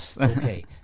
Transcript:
Okay